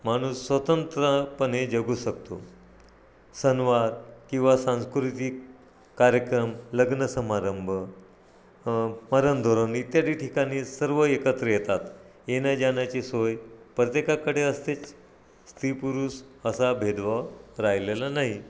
माणूस स्वतंत्रपणे जगू शकतो सणवार किंवा सांस्कृतिक कार्यक्रम लग्नसमारंभ मरणधोरण इत्यादी ठिकाणी सर्व एकत्र येतात येण्या जाण्याची सोय प्रत्येकाकडे असतेच स्त्री पुरुष असा भेदभाव राहिलेला नाही